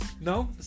No